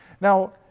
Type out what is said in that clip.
Now